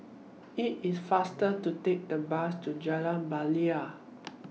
IT IS faster to Take The Bus to Jalan Bilal